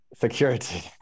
Security